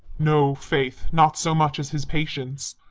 no, faith not so much as his patience.